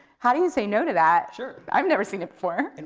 how do you say no to that? sure. i've never seen it before. and